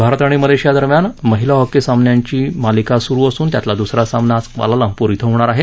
भारत आणि मलेशिया दरम्यान महिला हॉकी सामन्यांची मालिका सुरु असून त्यातला दुसरा सामना आज क्वालालुंपूर थे होणार आहे